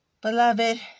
Beloved